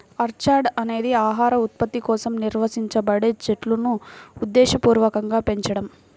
orchard అనేది ఆహార ఉత్పత్తి కోసం నిర్వహించబడే చెట్లును ఉద్దేశపూర్వకంగా పెంచడం